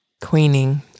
Queening